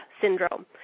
syndrome